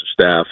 staff